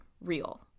real